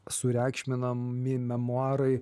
sureikšminami memuarai